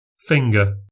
finger